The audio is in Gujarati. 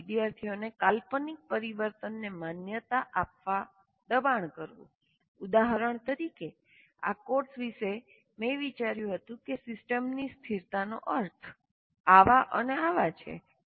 અથવા વિદ્યાર્થીઓને કાલ્પનિક પરિવર્તનને માન્યતા આપવા દબાણ કરવું ઉદાહરણ તરીકે આ કોર્સ પહેલાં મેં વિચાર્યું હતું કે સિસ્ટમની સ્થિરતાનો અર્થ આવા અને આવા છે